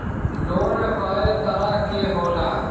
Loan कय तरह के होला?